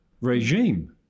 regime